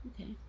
Okay